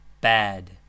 bad